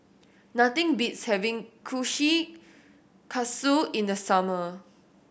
nothing beats having Kushikatsu in the summer